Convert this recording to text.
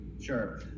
Sure